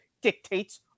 dictates